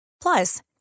Plus